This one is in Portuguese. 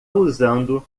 usando